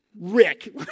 Rick